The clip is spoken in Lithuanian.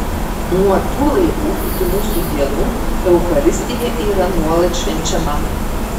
nuo tų laikų iki mūsų dienų eucharistija yra nuolat švenčiama